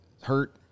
hurt